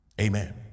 Amen